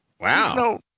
Wow